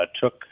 took